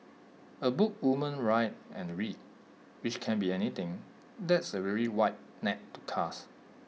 A book women write and read which can be anything that's A really wide net to cast